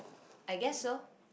I guess so